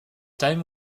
taille